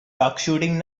duckshooting